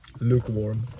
lukewarm